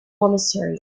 monastery